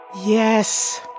Yes